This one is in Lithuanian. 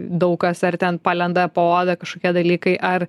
daug kas ar ten palenda po oda kažkokie dalykai ar